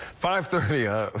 five thirty. ah ah